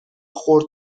خرد